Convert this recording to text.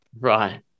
Right